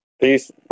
Peace